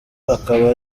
akaba